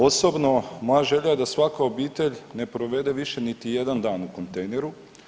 Osobno moja želja je da svaka obitelj ne provede više niti jedan dan u kontejneru.